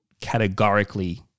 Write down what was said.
categorically